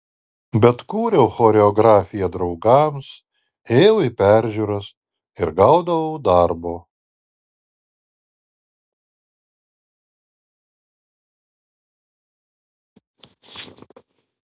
bet kūriau choreografiją draugams ėjau į peržiūras ir gaudavau darbo